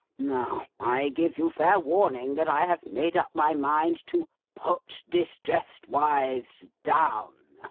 now, i give you fair warning, that i have made up my mind to put distressed wives down.